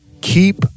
keep